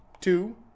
Two